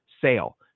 sale